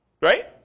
Right